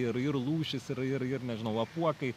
ir ir lūšys ir ir nežinau apuokai